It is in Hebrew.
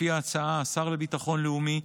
לפי ההצעה השר לביטחון לאומי,